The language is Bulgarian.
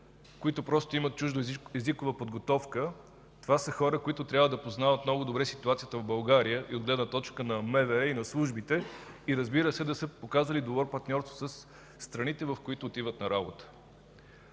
които просто имат чужда езикова подготовка. Това са хора, които трябва да познават много добре ситуацията в България и от гледна точка на МВР и на службите, и, разбира се, да са се показали добър партньор със страните, в които отиват на работа.